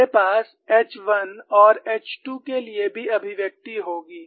हमारे पास H 1 और H 2 के लिए भी अभिव्यक्ति होगी